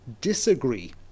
disagree